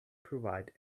provide